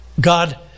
God